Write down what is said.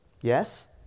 Yes